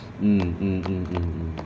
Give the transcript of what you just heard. mm mm mm mm mm